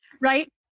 right